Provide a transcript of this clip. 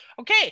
Okay